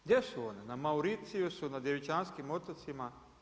Gdje su one, na Mauricijusu, na Djevičanskim otocima?